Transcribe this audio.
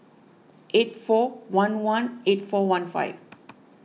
eight four one one eight four one five